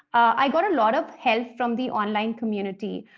i got a lot of help from the online community.